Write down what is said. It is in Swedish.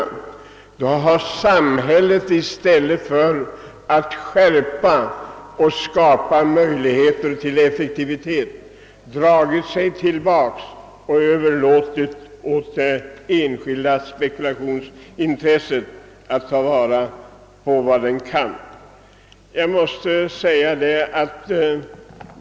I stället för att skärpa det skydd som tidigare fanns och göra det effektivt har samhället dragit sig tillbaka och överlåtit åt det enskilda spekulationsintresset att ta vara på vad detta intresse kan ta vara på.